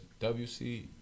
WC